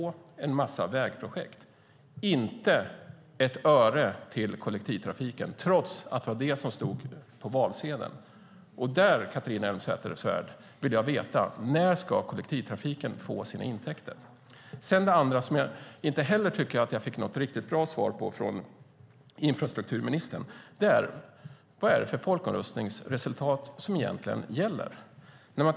Det är en massa vägprojekt - inte ett öre till kollektivtrafiken, trots att det var det som stod på valsedeln. Där vill jag veta: När ska kollektivtrafiken få sina intäkter? Sedan kommer jag till det andra, som jag inte heller tycker att jag fick något riktigt bra svar på, nämligen vilket folkomröstningsresultat som egentligen gäller.